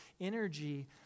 energy